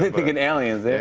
thinking aliens.